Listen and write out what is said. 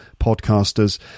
podcasters